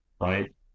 right